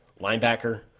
linebacker